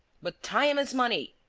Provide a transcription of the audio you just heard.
but time is money,